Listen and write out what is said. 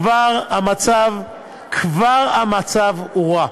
כבר המצב הוא רע.